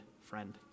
friend